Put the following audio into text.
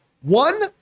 One